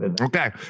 okay